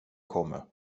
kommer